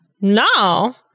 No